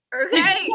Okay